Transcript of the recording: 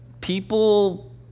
people